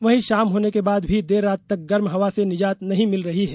वहीं शाम होने के बाद भी देर रात तक गर्म हवा से निजात नहीं मिल रही है